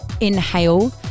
Inhale